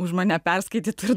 už mane perskaityti ir